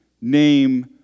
name